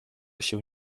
się